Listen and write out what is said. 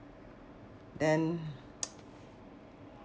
then